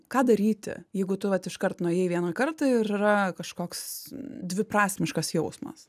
ką daryti jeigu tu vat iškart nuėjai vieną kartą ir yra kažkoks dviprasmiškas jausmas